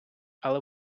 але